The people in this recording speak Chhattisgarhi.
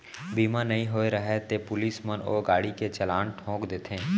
बीमा नइ होय रहें ले पुलिस मन ओ गाड़ी के चलान ठोंक देथे